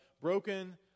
broken